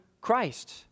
Christ